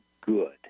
good